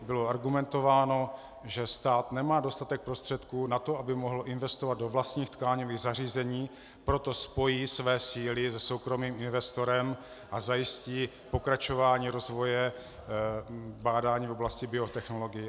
Bylo argumentováno, že stát nemá dostatek prostředků na to, aby mohl investovat do vlastních tkáňových zařízení, proto spojí své síly se soukromým investorem a zajistí pokračování rozvoje bádání v oblasti biotechnologií.